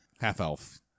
Half-elf